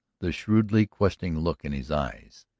the shrewdly questioning look in his eyes.